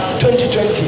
2020